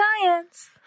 science